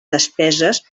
despeses